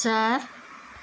चार